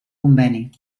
conveni